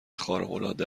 خارقالعاده